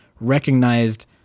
recognized